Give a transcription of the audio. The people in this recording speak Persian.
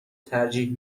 ترجیح